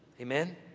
amen